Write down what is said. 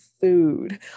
food